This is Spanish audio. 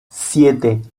siete